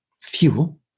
fuel